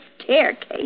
staircase